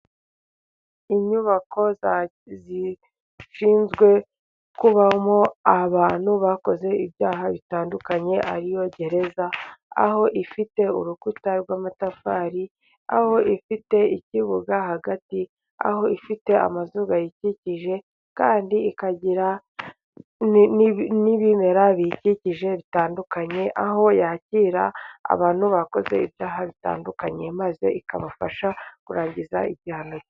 Inyubako zishinzwe kubamo abantu bakoze ibyaha bitandukanye， ariyo gereza， aho ifite urukuta rw'amatafari， aho ifite ikibuga hagati， aho ifite amazu ayikikije， kandi ikagira n'ibimera biyikikije bitandukanye， aho yakira abantu bakoze ibyaha bitandukanye，maze ikabafasha kurangiza igihano.